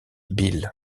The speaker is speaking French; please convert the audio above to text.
bilh